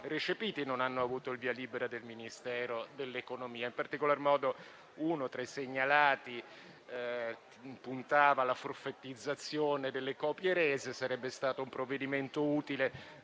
non hanno avuto il via libera del Ministero dell'economia; in particolar modo, uno tra i segnalati puntava alla forfettizzazione delle copie rese. Sarebbe stato un provvedimento utile